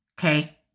Okay